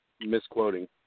misquoting